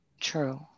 True